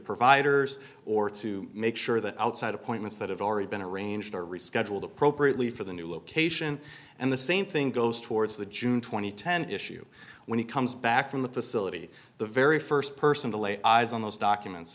providers or to make sure the outside appointments that have already been arranged are rescheduled appropriately for the new location and the same thing goes towards the june two thousand and ten issue when he comes back from the facility the very first person to lay eyes on those documents